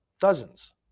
Dozens